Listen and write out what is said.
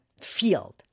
field